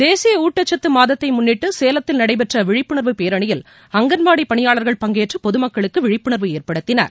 தேசிய ஊட்டச்சத்து மாதத்தை முன்னிட்டு சேலத்தில் நடைபெற்ற விழிப்புணர்வு பேரணியில் அங்கன்வாடி பணியாளர்கள் பங்கேற்று பொதுமக்களுக்கு விழிப்புணர்வு ஏற்படுத்தினர்